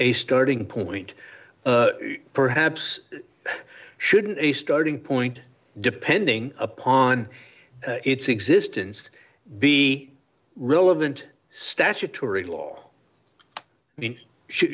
a starting point perhaps shouldn't a starting point depending upon its existence be relevant statutory law i mean